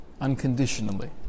unconditionally